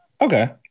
okay